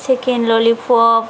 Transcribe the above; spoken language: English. chicken lollipop